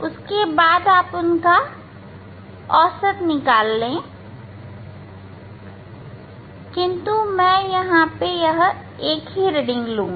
उसके बाद उनका औसत निकाले किंतु मैं यह एक रीडिंग लूंगा